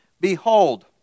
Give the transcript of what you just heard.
behold